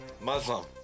Muslim